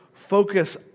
Focus